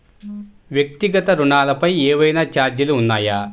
వ్యక్తిగత ఋణాలపై ఏవైనా ఛార్జీలు ఉన్నాయా?